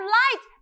light